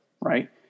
right